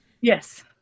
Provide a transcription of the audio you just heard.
Yes